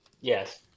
Yes